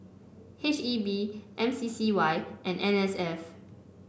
H E B M C C Y and N S F